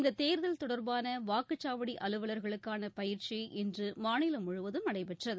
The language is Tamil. இந்த தேர்தல் தொடர்பான வாக்குச்சாவடி அலுவலர்களுக்கான பயிற்சி இன்று மாநிலம் முழுவதும் நடைபெற்றது